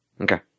Okay